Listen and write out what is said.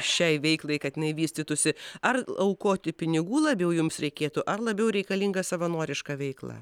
šiai veiklai kad jinai vystytųsi ar aukoti pinigų labiau jums reikėtų ar labiau reikalinga savanoriška veikla